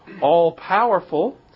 all-powerful